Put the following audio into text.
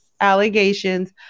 allegations